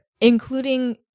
Including